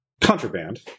contraband